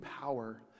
power